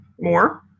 more